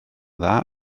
dda